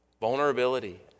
Vulnerability